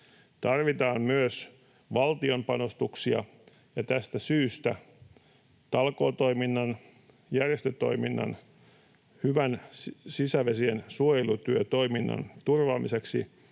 Tarvitaan myös valtion panostuksia, ja tästä syystä talkootoiminnan, järjestötoiminnan ja hyvän sisävesien suojelutyötoiminnan turvaamiseksi